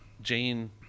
Jane